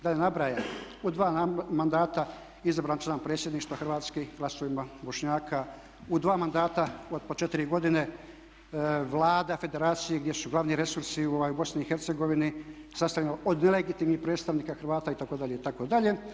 Da ne nabrajam, u dva mandata izabran član Predsjedništva hrvatskim glasovima Bošnjaka, u dva mandata od po 4 godine Vlada Federacije gdje su glavni resursi u BiH sastavljena od legitimnih predstavnika Hrvata itd., itd.